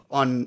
on